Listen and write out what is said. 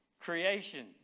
creation